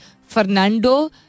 Fernando